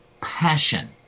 passion